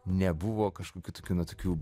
nebuvo kažkokių tokių na tokių